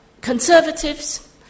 Conservatives